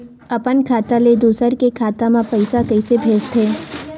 अपन खाता ले दुसर के खाता मा पईसा कइसे भेजथे?